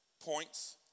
Points